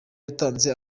yatanze